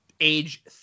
age